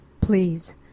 Please